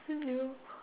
two zero